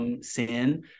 sin